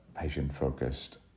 patient-focused